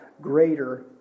greater